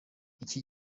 iki